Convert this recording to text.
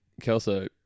Kelso